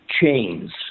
chains